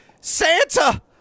santa